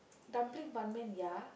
dumpling ban-mian ya